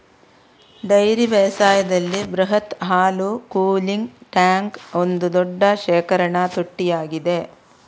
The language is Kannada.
ಡೈರಿ ಬೇಸಾಯದಲ್ಲಿ ಬೃಹತ್ ಹಾಲು ಕೂಲಿಂಗ್ ಟ್ಯಾಂಕ್ ಒಂದು ದೊಡ್ಡ ಶೇಖರಣಾ ತೊಟ್ಟಿಯಾಗಿದೆ